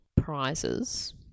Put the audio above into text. prizes